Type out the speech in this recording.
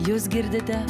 jūs girdite